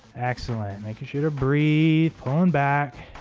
excellent making sure to breathe on back